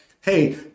hey